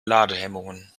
ladehemmungen